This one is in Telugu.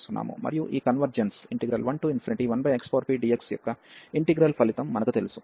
మరియు ఈ కన్వర్జెన్స్ 11xpdx యొక్క ఇంటిగ్రల్ ఫలితం మనకు తెలుసు